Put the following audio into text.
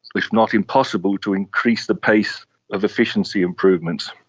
if not impossible, to increase the pace of efficiency improvements.